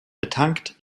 betankt